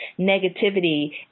negativity